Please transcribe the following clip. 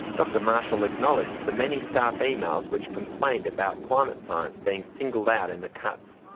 dr marshall acknowledged the many staff emails which complained about climate science being singled out in the cuts.